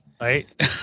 Right